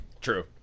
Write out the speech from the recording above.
True